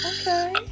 Okay